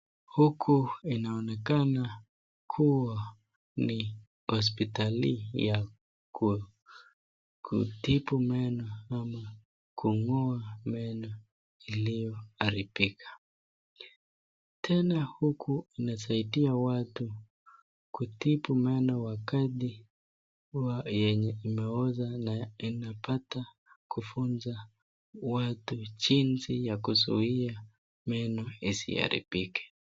Huku inaonekana kuwa ni hospitali ya kutibu meno ama kung'oa meno iliyo haribika. Tena huku inasaidia watu kutibu meno wakati yenye imeoza na inapata kufunza watu jinsi ya kuzuia meno isiharibike.